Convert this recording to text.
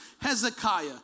Hezekiah